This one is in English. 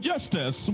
justice